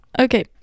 okay